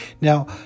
Now